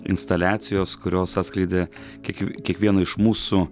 instaliacijos kurios atskleidė kiek kiekvieno iš mūsų